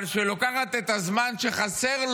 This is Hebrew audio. ואין לי בעיה עם זה, אבל שלוקחת את הזמן שחסר לו